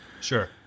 Sure